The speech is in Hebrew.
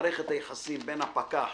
מערכת היחסים בין הפקח